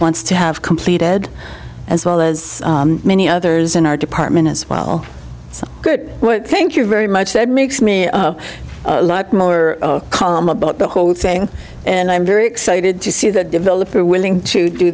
wants to have completed as well as many others in our department as well good work thank you very much ed makes me a lot more calm about the whole thing and i'm very excited to see that develop are willing to do